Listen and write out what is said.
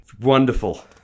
Wonderful